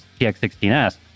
TX16S